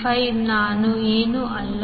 5 ನಾನು ಏನೂ ಅಲ್ಲ